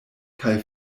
kaj